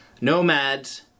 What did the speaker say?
Nomads